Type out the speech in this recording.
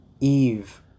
Eve